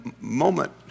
moment